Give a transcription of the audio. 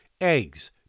eggs